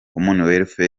commonwealth